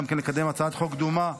גם כן לקדם הצעת חוק דומה.